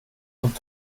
und